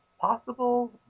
possible